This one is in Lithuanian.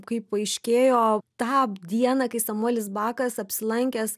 kaip paaiškėjo tą dieną kai samuelis bakas apsilankęs